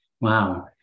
Wow